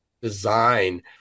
design